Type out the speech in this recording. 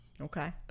Okay